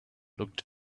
looked